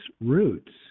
roots